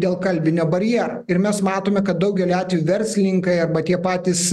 dėl kalbinio barjero ir mes matome kad daugeliu atvejų verslininkai arba tie patys